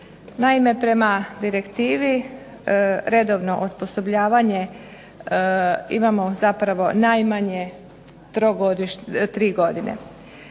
Naime, prema Direktivi redovno osposobljavanje imamo zapravo najmanje tri godine.